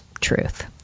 truth